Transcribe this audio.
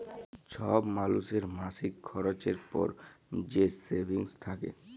ছব মালুসের মাসিক খরচের পর যে সেভিংস থ্যাকে